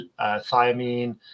thiamine